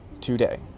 today